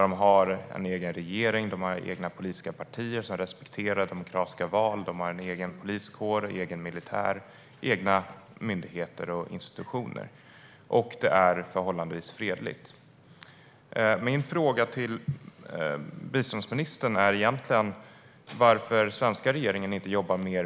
De har en egen regering, egna politiska partier som respekterar demokratiska val, en egen poliskår och egen militär, egna myndigheter och institutioner, och det är förhållandevis fredligt. Min fråga till biståndsministern är: Varför jobbar inte svenska regeringen mer med Somaliland?